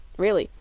really,